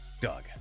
Doug